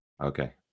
Okay